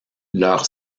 leur